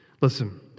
Listen